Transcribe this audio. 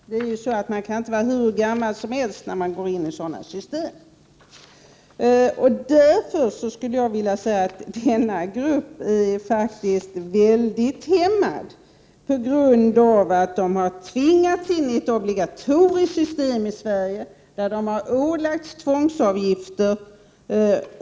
Ett problem är att man inte kan vara hur gammal som helst när man går in i ett försäkringssystem. Jag menar att utlandspensionärerna är mycket missgynnade. De har ju tvingats in i ett obligatoriskt system i Sverige, i vilket de har ålagts att betala tvångsavgifter.